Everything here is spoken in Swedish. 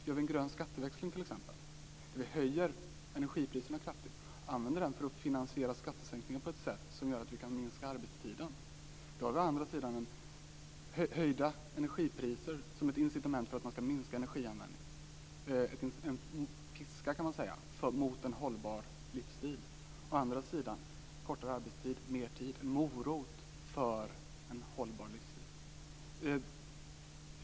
Gör vi en grön skatteväxling t.ex. där vi höjer energipriserna kraftigt och använder medlen till att finansiera skattesänkningar på ett sätt som gör att vi kan minska arbetstiden har vi å ena sidan höjda energipriser som ett incitament för att man skall minska energianvändningen - en piska för en hållbar livsstil, kan man säga. Å andra sidan får vi kortare arbetstid, mer tid - en morot för en hållbar livsstil, kan man säga.